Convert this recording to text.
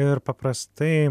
ir paprastai